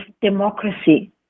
democracy